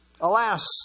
alas